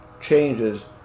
changes